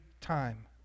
time